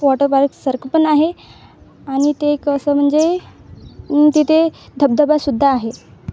water park सारखं पण आहे आणि ते एक असं म्हणजे तिथे धबधबासुद्धा आहे